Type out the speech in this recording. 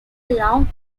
long